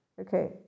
Okay